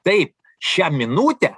taip šią minutę